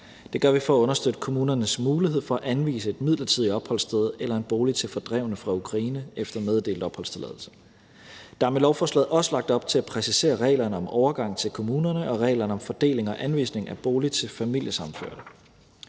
Det gør vi for at understøtte kommunernes mulighed for at anvise et midlertidigt opholdssted eller en bolig til fordrevne fra Ukraine efter meddelt opholdstilladelse. Der er med lovforslaget også lagt op til at præcisere reglerne om overgang til kommunerne og reglerne om fordeling og anvisning af bolig til familiesammenførte.